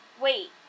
Wait